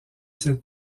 cette